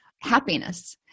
happiness